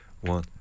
One